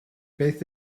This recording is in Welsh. beth